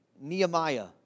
Nehemiah